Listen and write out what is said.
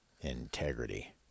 integrity